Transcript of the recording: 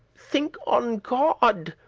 think on god,